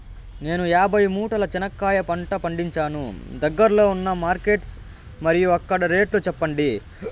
నేను యాభై మూటల చెనక్కాయ పంట పండించాను దగ్గర్లో ఉన్న మార్కెట్స్ మరియు అక్కడ రేట్లు చెప్పండి?